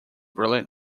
brilliant